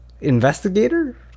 investigator